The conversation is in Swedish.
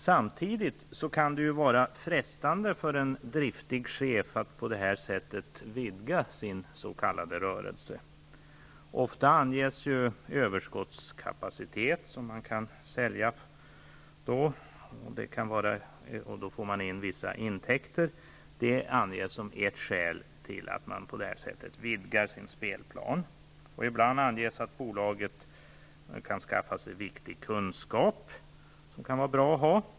Samtidigt kan det vara frestande för en driftig chef att på detta sätt vidga sin s.k. rörelse. Ofta anges ju överskottskapacitet, som kan säljas och som då ger vissa intäkter, som ett skäl till att man på det här sättet vidgar sin spelplan. Ibland anges att bolaget kan skaffa sig viktig kunskap som kan vara bra att ha.